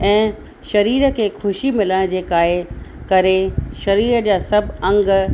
ऐं सरीर खे ख़ुशी मिलण जेका आहे करे सरीर जा सभु अङ